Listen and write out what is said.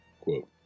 Quote